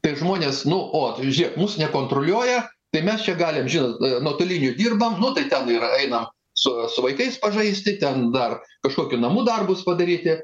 tai žmonės nu o tu žiūrėk mus nekontroliuoja tai mes čia galim žinot e nuotoliniu dirbam nu tai ten ir einam su vaikais pažaisti ten dar kažkokių namų darbus padaryti